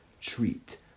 treat